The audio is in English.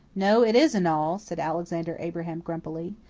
no, it isn't all, said alexander abraham grumpily.